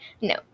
No